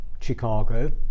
Chicago